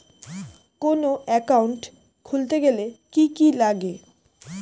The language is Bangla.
কোন একাউন্ট খুলতে গেলে কি কি লাগে?